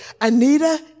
Anita